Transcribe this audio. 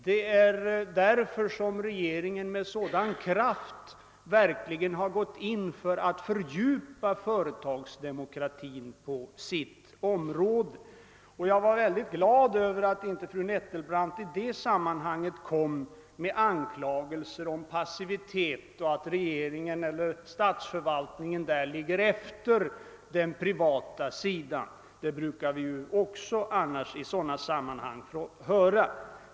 Det är också därför som regeringen med sådan kraft har gått in för att fördjupa företagsdemokratin på sitt område. Och jag är mycket glad över att fru Nettelbrandt i detta sammanhang inte framfört anklagelser om passivitet, om att regeringen eller statsförvaltningen härvidlag ligger efter den privata sidan. Det brukar vi annars få höra i sådana sammanhang.